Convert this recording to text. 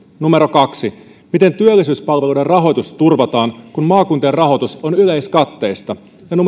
kaksi miten työllisyyspalveluiden rahoitus turvataan kun maakuntien rahoitus on yleiskatteista